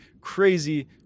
crazy